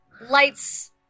Lights